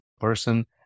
person